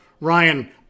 ryan